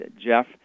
Jeff